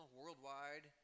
worldwide